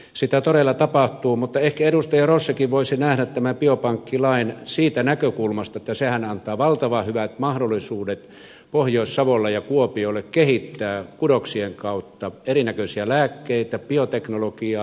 sitä todella tapahtuu mutta ehkä edustaja rossikin voisi nähdä tämän biopankkilain siitä näkökulmasta että sehän antaa valtavan hyvät mahdollisuudet pohjois savolle ja kuopiolle kehittää kudoksien kautta erinäköisiä lääkkeitä bioteknologiaa